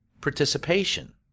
participation